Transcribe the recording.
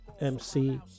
MC